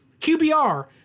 QBR